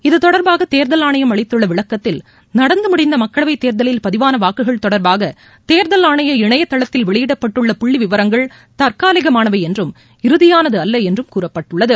இது தொடர்பாக தேர்தல் ஆணையம் அளித்துள்ள விளக்கத்தில் நடந்து முடிந்த மக்களவைத் தேர்தலில் பதிவான வாக்குகள் தொடர்பாக தேர்தல் ஆணைய இணைய தளத்தில் வெளியிடப்பட்டுள்ள புள்ளி விவரங்கள் தற்காலிகமானவை என்றும் இறுதியானது அல்ல என்றும் கூறப்பட்டுள்ளது